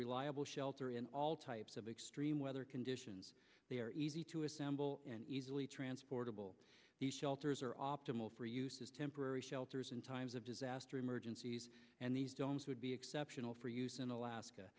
reliable shelter in all types of extreme weather conditions they are easy to assemble and easily transportable the shelters are optimal for use as temporary shelters in times of disaster emergencies and these domes would be exceptional for use in alaska